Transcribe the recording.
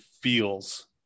feels